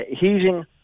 heating